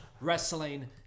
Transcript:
Wrestling